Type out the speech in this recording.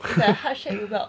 like hardship without